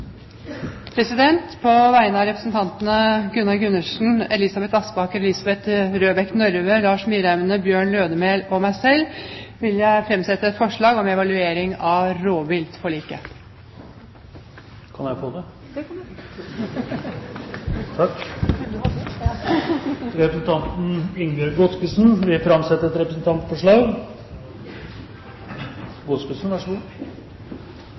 representantforslag. På vegne av representantene Gunnar Gundersen, Elisabeth Aspaker, Elisabeth Røbekk Nørve, Lars Myraune, Bjørn Lødemel og meg selv vil jeg framsette et forslag om evaluering av rovviltforliket. Representanten Ingebjørg Godskesen vil framsette et